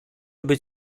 być